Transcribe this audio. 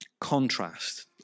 contrast